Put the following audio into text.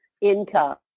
income